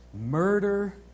Murder